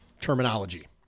terminology